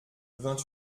vingt